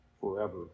forever